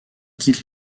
quitte